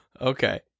Okay